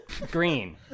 green